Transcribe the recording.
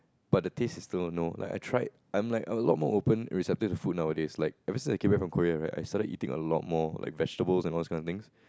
but the taste is still no like I tried I'm like a lot more open and receptive to food nowadays like ever since I came back from Korea right I started eating a lot more like vegetables and all those kind of things